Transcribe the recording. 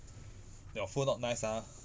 your food not nice ah